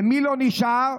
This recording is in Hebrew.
למי לא נשאר?